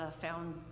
found